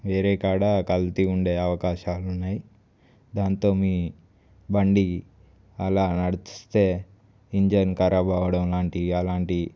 వేరే కాడ కల్తీ ఉండే అవకాశాలు ఉన్నాయి దాంతో మీ బండి అలా నడిస్తే ఇంజిన్ కరాబ్ అవడం లాంటి అలాంటి